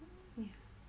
yeah